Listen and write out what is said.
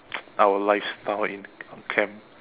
our lifestyle in camp